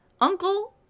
uncle